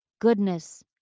goodness